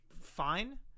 fine